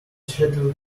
scheduled